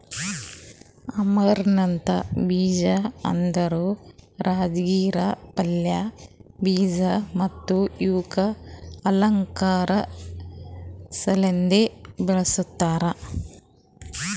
amaranth ಬೀಜ ಅಂದುರ್ ರಾಜಗಿರಾ ಪಲ್ಯ, ಬೀಜ ಮತ್ತ ಇವುಕ್ ಅಲಂಕಾರ್ ಸಲೆಂದ್ ಬೆಳಸ್ತಾರ್